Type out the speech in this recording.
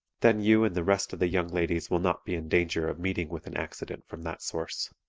then you and the rest of the young ladies will not be in danger of meeting with an accident from that source.